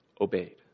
obeyed